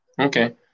Okay